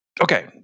Okay